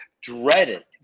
dreaded